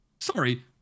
Sorry